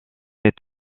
est